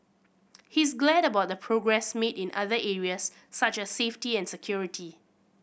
he's glad about the progress made in other areas such as safety and security